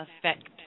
affect